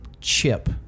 chip